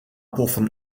poffen